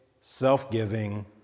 self-giving